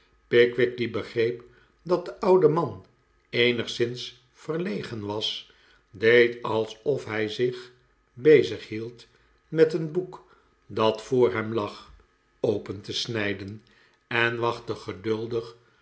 pickwick die begreep dat de oude man eenigszins verlegen was deed alsof hij zich bezighield met een boek dat voor hem lag open te snijden en wachtte geduldig